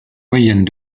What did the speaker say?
moyennes